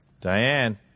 Diane